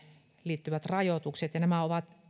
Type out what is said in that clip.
liittyvät rajoitukset nämä ovat